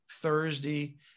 thursday